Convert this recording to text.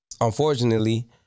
Unfortunately